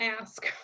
ask